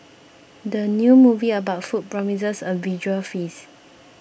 the new movie about food promises a visual feast